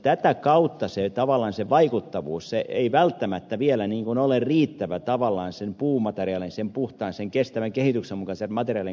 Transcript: tätä kautta tavallaan se vaikuttavuus ei välttämättä vielä ole riittävä sen puumateriaalin sen puhtaan kestävän kehityksen mukaisen materiaalin suhteen